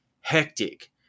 hectic